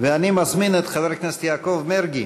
אני מזמין את חבר הכנסת יעקב מרגי,